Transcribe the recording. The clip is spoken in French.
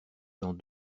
dans